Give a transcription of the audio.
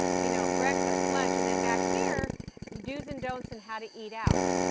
you know, breakfast, lunch. and then back here dos and don'ts in how to eat out.